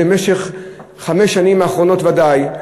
במשך חמש השנים האחרונות ודאי,